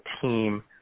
team